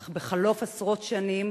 אך בחלוף עשרות שנים,